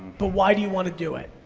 but why do you wanna do it?